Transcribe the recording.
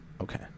Okay